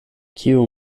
kiu